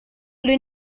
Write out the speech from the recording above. lui